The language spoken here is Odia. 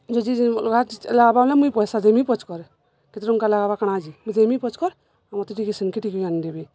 ଯେ ଯେ ଅଲ୍ଗା ଲାଗ୍ବା ବେଲେ ମୁଇଁ ପଏସା ଦେମି ପଚ୍କର୍ କେତେ ଟଙ୍କା ଲଗ୍ବା କାଣା ଯେ ମୁଇ ଦେମି ପଚ୍କର୍ ମତେ ଟିକେ ସେନ୍କେ ଟିକେ ଆନିଦେବେ